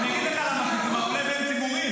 אני אגיד לך למה, כי זה מפלה בין ציבורים.